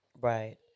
Right